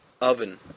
Oven